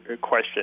question